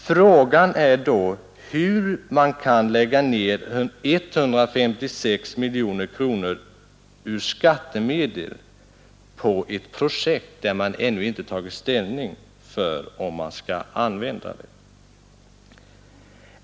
Frågan är då hur man kan lägga ner 156 miljoner kronor ur skattemedel på ett projekt där man ännu ej tagit ställning till frågan om det skall användas.